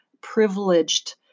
privileged